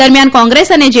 દરમ્યાન કોંગ્રેસ અને જે